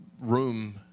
room